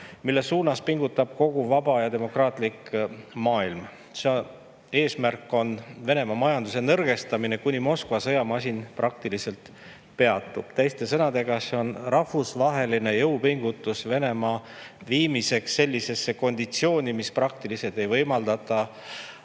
mille nimel pingutab kogu vaba ja demokraatlik maailm. Eesmärk on Venemaa majanduse nõrgestamine, kuni Moskva sõjamasin praktiliselt peatub. Teiste sõnadega, see on rahvusvaheline jõupingutus Venemaa viimiseks sellisesse konditsiooni, mis ei võimalda